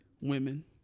women